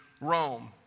Rome